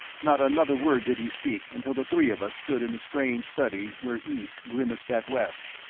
not another word did he speak until the three of us stood in the strange study where east grimaced at west,